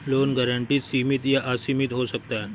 loan guarantee सीमित या असीमित हो सकता है